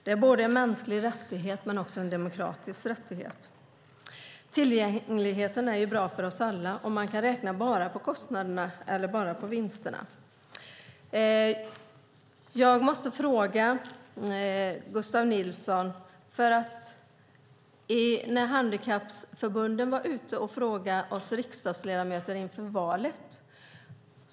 Det är både en mänsklig rättighet och en demokratisk rättighet. Tillgängligheten är bra för oss alla, och man kan räkna på bara kostnaderna eller vinsterna. Jag måste ställa ett par frågor till Gustav Nilsson. Handikappförbunden ställde frågor till oss riksdagsledamöter inför valet.